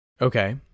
Okay